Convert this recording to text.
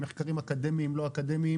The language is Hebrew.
מחקרים אקדמיים,